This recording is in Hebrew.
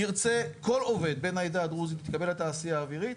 ירצה כל עובד בן העדה הדרוזית להתקבל לתעשיה האווירית,